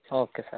okay sir